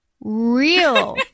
real